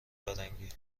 فرنگی